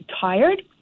tired